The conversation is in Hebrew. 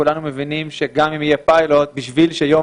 כולנו מבינים שגם אם יהיה פיילוט בשביל שיום